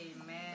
Amen